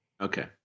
Okay